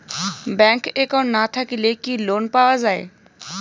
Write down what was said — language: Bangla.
ব্যাংক একাউন্ট না থাকিলে কি লোন পাওয়া য়ায়?